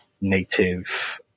native